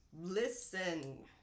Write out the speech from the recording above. listen